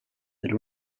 per